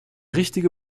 richtige